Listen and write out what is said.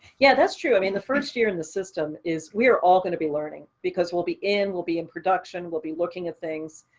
yeah, that's true. i mean, the first year in the system is we are all going to be learning because we'll be in, we'll be in production, we'll be looking at things.